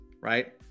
right